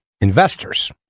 investors